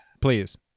please